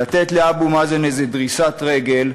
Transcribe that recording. לתת לאבו מאזן איזו דריסת רגל,